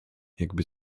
jakby